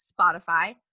Spotify